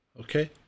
Okay